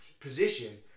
position